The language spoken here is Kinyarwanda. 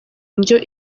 indyo